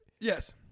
Yes